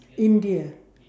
india